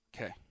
Okay